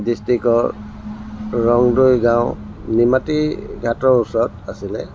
ডিষ্ট্ৰিক্টৰ ৰংদৈ গাঁও নিমাতী ঘাটৰ ওচৰত আছিলে